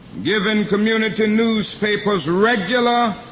giving community newspapers regular,